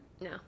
No